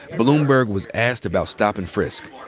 bloomberg was asked about stop and frisk.